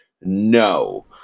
No